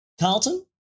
Carlton